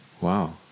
Wow